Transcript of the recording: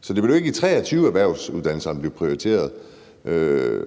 så det blev ikke i 2023, at erhvervsuddannelserne blev prioriteret.